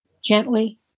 gently